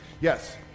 Yes